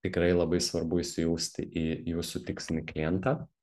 tikrai labai svarbu įsijausti į jūsų tikslinį klientą